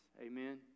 Amen